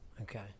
Okay